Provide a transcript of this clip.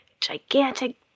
gigantic